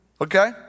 Okay